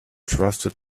trusted